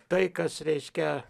tai kas reiškia